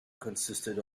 consisted